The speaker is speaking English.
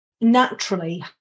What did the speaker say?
naturally